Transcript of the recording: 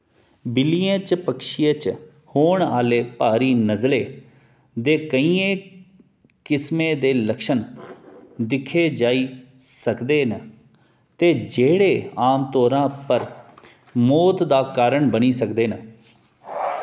बिल्लियें च पक्षियें च होन आह्ले भारी नज़ले दे केइयें किस्में दे लक्षण दिक्खे जाई सकदे न ते जेह्ड़े आमतौरा पर मौत दा कारण बनी सकदे न